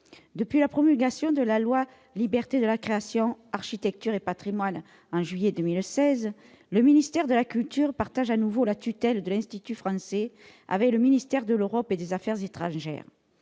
Depuis la promulgation de la loi relative à la liberté de la création, à l'architecture et au patrimoine en juillet 2016, le ministère de la culture partage à nouveau la tutelle de l'Institut français avec le ministère de l'Europe et des affaires étrangères.